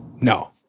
No